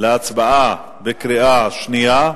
להצבעה בקריאה שנייה.